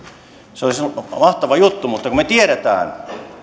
se olisi mahtava juttu mutta me tiedämme